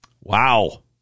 Wow